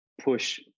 push